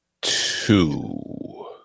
Two